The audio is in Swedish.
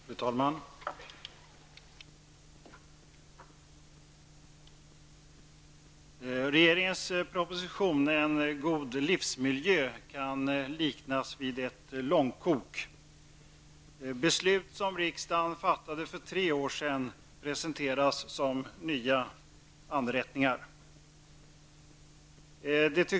Fru talman! Regeringens proposition, En god livsmiljö, kan liknas vid ett långkok. Beslut som riksdagen fattade för tre år sedan presenteras som nya anrättningar.